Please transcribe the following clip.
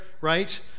right